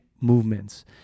movements